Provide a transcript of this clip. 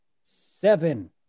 seven